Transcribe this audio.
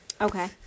Okay